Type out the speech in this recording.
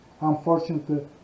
unfortunately